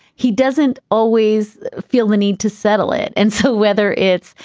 he doesn't always feel the need to settle it. and so whether it's,